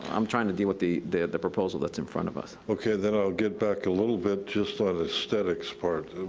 i'm trying to deal with the the proposal that's in front of us. okay, then i'll get back a little bit just on the aesthetics part.